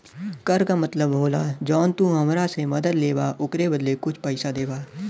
कर का मतलब होला जौन तू हमरा से मदद लेबा ओकरे बदले कुछ पइसा देबा